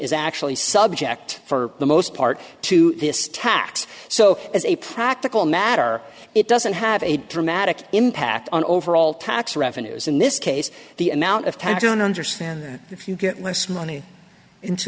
is actually subject for the most part to tax so as a practical matter it doesn't have a dramatic impact on overall tax revenues in this case the amount of tax don't understand if you get less money into